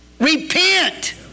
Repent